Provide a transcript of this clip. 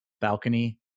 balcony